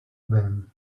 been